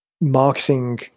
marketing